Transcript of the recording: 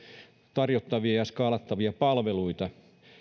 tarjottavia ja skaalattavia palveluita